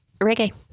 Reggae